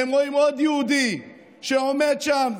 הם רואים עוד יהודי שעומד שם,